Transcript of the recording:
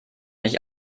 nicht